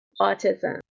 autism